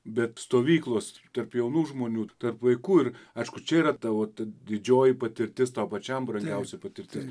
bet stovyklos tarp jaunų žmonių tarp vaikų ir aišku čia yra tavo didžioji patirtis tau pačiam brangiausia patirtis